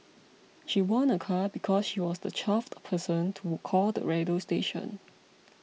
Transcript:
she won a car because she was the twelfth person to call the radio station